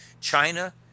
China